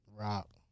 Rock